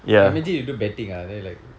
but imagine you do betting ah then you like